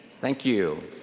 thank you.